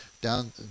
down